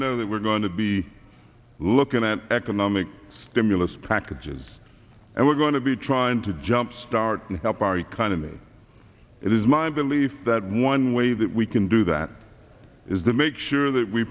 know that we're going to be looking at economic stimulus packages and we're going to be trying to jumpstart and help our economy it is my belief that one way that we can do that is the make sure that we